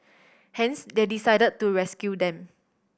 hence they decide to rescue them